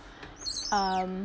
um